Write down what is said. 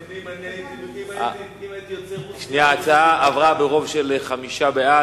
לו הייתי רוסי ולא הייתי מתנחל,